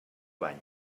bany